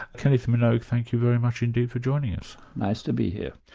kenneth minogue thank you very much indeed for joining us. nice to be here.